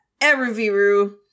Eruviru